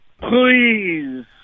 please